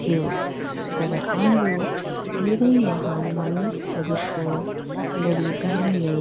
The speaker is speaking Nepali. थियो तर हाम्रो धेरै महान मानिसहरूको बलिदानले